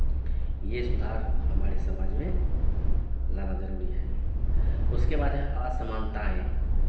ये सुधार हमारे समाज में लाना जरूरी है उसके बाद है असमानताएं